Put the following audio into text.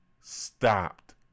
stopped